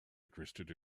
interested